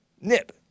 Nip